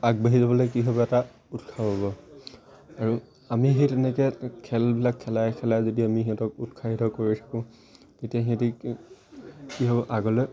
আগবাঢ়ি যাবলৈ কি হ'ব এটা উৎসাহ পাব আৰু আমি সেই তেনেকৈ খেলবিলাক খেলাই খেলাই যদি আমি সিহঁতক উৎসাহিত কৰি থাকোঁ তেতিয়া সিহঁতি কি হ'ব আগলৈ